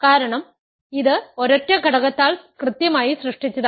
കാരണം ഇത് ഒരൊറ്റ ഘടകത്താൽ കൃത്യമായി സൃഷ്ടിച്ചതാണ്